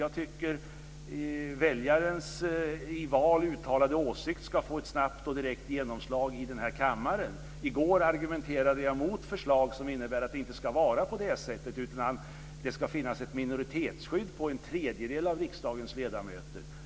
Jag tycker att väljarens i val uttalade åsikt ska få ett snabbt och direkt genomslag i den här kammaren. I går argumenterade jag mot förslag som innebär att det inte ska vara på det sättet, utan i stället ska det finnas ett minoritetsskydd för en tredjedel av riksdagens ledamöter.